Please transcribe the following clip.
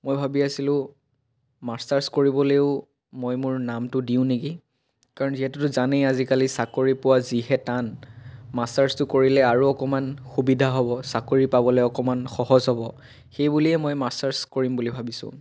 মই ভাবি আছিলোঁ মাষ্টাৰ্ছ কৰিবলৈও মই মোৰ নামটো দিওঁ নেকি কাৰণ যিহেতুতো জানেই আজিকালি চাকৰি পোৱা যিহে টান মাষ্টাৰ্ছটো কৰিলে আৰু অকণমান সুবিধা হ'ব চাকৰি পাবলৈ অকণমান সহজ হ'ব সেই বুলিয়ে মই মাষ্টাৰ্ছ কৰিম বুলি ভাবিছোঁ